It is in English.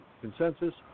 consensus